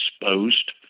exposed